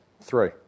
Three